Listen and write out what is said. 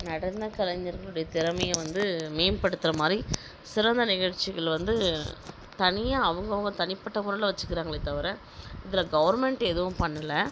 நடன கலைஞர்களுடைய திறமையை வந்து மேம்படுத்துகிற மாதிரி சிறந்த நிகழ்ச்சிகள் வந்து தனியாக அவங்க அவங்க தனிப்பட்ட முறையில் வச்சுக்கிறாங்களே தவிர இதில் கவர்மெண்ட் எதுவும் பண்ணல